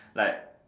like